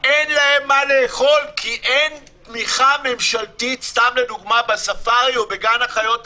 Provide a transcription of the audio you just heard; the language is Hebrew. אין להן מה לאכול כי אין תמיכה ממשלתית בספארי או בגן החיות התנכ"י.